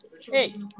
Hey